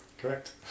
Correct